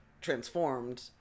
transformed